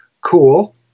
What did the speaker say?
cool